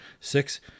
Six